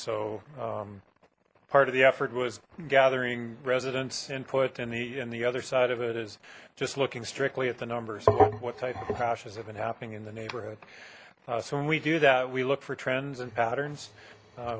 so part of the effort was gathering residents input and he and the other side of it is just looking strictly at the numbers what type of crashes have been happening in the neighborhood so when we do that we look for trends and patterns